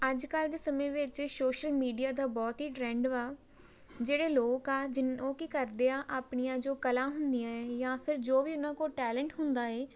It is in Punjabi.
ਅੱਜ ਕੱਲ੍ਹ ਦੇ ਸਮੇਂ ਵਿੱਚ ਸੋਸ਼ਲ ਮੀਡੀਆ ਦਾ ਬਹੁਤ ਹੀ ਟਰੈਂਡ ਵਾ ਜਿਹੜੇ ਲੋਕ ਆ ਜਿਨ ਉਹ ਕੀ ਕਰਦੇ ਆ ਆਪਣੀਆਂ ਜੋ ਕਲਾਂ ਹੁੰਦੀਆਂ ਜਾਂ ਫਿਰ ਜੋ ਵੀ ਉਹਨਾਂ ਕੋਲ ਟੈਲੈਂਟ ਹੁੰਦਾ ਹੈ